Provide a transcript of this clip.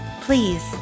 Please